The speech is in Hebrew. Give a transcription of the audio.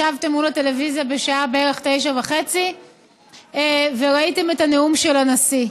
ישבתם מול הטלוויזיה בשעה 21:30 בערך וראיתם את הנאום של הנשיא.